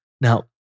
now